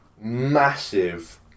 massive